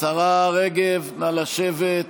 השרה רגב, נא לשבת.